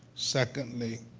secondly,